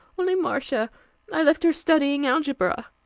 only marcia. i left her studying algebra.